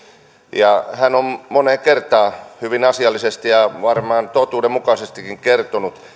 ja hän on moneen kertaan hyvin asiallisesti ja varmaan totuudenmukaisestikin kertonut